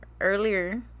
earlier